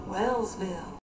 Wellsville